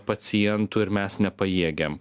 pacientų ir mes nepajėgiam